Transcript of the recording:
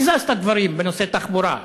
הזזת דברים בנושא התחבורה,